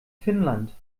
finnland